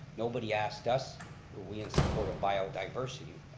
nobody asked us were we in support of biodiversity.